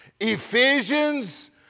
Ephesians